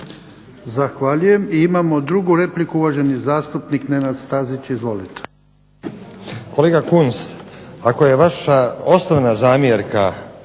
Zahvaljujem. I imamo drugu repliku. Uvaženi zastupnik Nenad Stazić, izvolite.